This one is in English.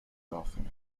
laughing